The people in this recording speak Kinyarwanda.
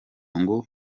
ngo